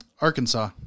Arkansas